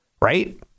Right